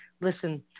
Listen